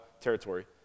territory